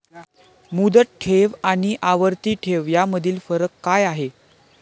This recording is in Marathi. मुदत ठेव आणि आवर्ती ठेव यामधील फरक काय आहे?